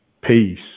Peace